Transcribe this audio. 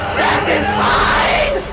satisfied